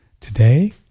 today